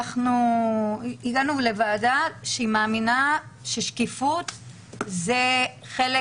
הגענו לוועדה שמאמינה ששקיפות זה חלק